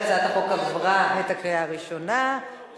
ההצעה להעביר את הצעת חוק הרבנות הראשית לישראל (תיקון